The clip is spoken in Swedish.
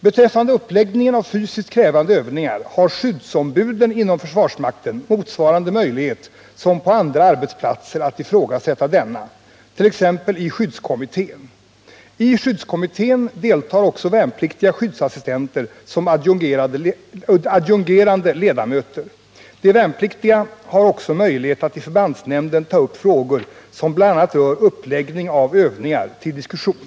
Beträffande uppläggningen av fysiskt krävande övningar har skyddsombuden inom försvarsmakten motsvarande möjlighet som på andra arbetsplatser att ifrågasätta denna, t.ex. i skyddskommittén. I skyddskommittén deltar också värnpliktiga skyddsassistenter som adjungerade ledamöter. De värnpliktiga har också möjlighet att i förbandsnämnden ta upp frågor som bl.a. rör uppläggning av övningar till diskussion.